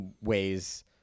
ways